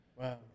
Wow